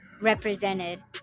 represented